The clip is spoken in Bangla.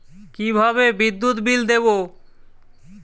কিভাবে বিদ্যুৎ বিল দেবো?